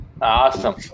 Awesome